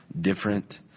different